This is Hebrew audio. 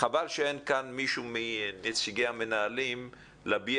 חבל שאין כאן מישהו מנציגי המנהלים להביע